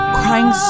crying